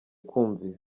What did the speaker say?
kumvira